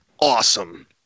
Awesome